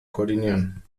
koordinieren